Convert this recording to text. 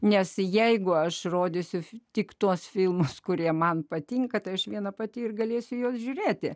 nes jeigu aš rodysiu tik tuos filmus kurie man patinka tai aš viena pati ir galėsiu juos žiūrėti